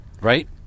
right